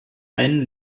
allen